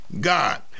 God